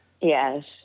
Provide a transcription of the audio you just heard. yes